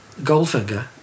Goldfinger